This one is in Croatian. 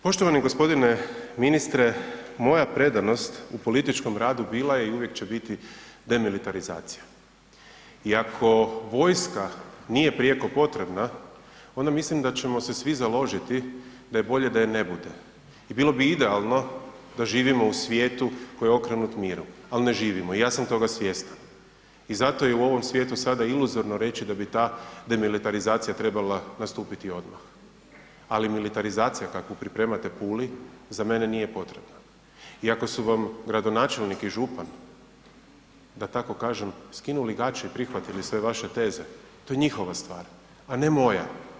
Poštovani g. ministre, moja predanost u političkom radu bila je i uvijek će biti demilitarizacija i ako vojska nije prijeko potrebna, onda mislim da ćemo se svi založiti da je bolje da ne bude i bilo bi idealno da živimo u svijetu koji je okrenut miru ali ne živimo i ja sam toga svjestan i zato je u ovom svijetu sada iluzorno reći da bi ta demilitarizacija trebala nastupiti odmah ali militarizacija kakvu pripremate u Puli, za mene nije potrebna i ako su vam gradonačelnik i župan da tako kažem, skinuli gaće i prihvatili sve vaše teze, to je njihova stvar a ne moja.